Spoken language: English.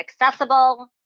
accessible